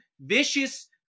vicious